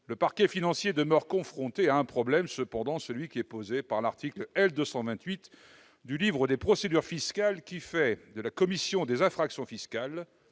le parquet national financier demeure cependant confronté à un problème, celui qui est posé par l'article L. 228 du livre des procédures fiscales, qui fait de la commission des infractions fiscales-